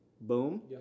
boom